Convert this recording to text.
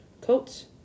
coats